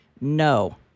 No